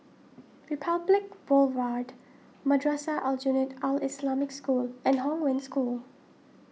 Republic Boulevard Madrasah Aljunied Al Islamic School and Hong Wen School